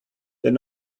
than